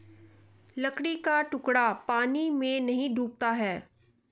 लकड़ी का टुकड़ा पानी में नहीं डूबता है